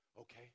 Okay